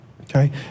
okay